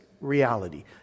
reality